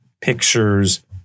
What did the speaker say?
pictures